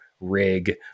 rig